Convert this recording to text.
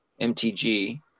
MTG